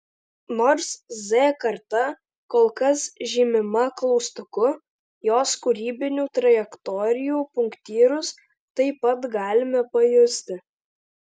nors z karta kol kas žymima klaustuku jos kūrybinių trajektorijų punktyrus taip pat galime pajusti